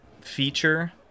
feature